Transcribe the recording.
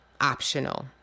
optional